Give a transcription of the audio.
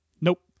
Nope